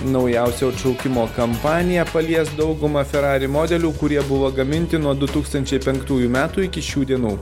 naujausio atšaukimo kampanija palies daugumą ferrari modelių kurie buvo gaminti nuo du tūkstančiai penktųjų metų iki šių dienų